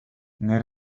nel